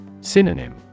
Synonym